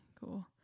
cool